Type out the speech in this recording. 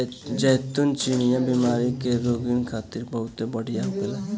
जैतून चिनिया बीमारी के रोगीन खातिर बहुते बढ़िया होखेला